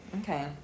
okay